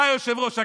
אתה יושב-ראש הכנסת.